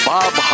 Bob